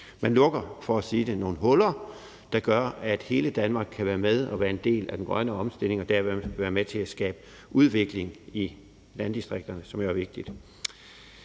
Man lukker nogle huller, hvilket gør, at hele Danmark kan være med og kan være en del af den grønne omstilling, og dermed kan det være med til at skabe udvikling i landdistrikterne, hvilket er vigtigt.